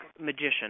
Magician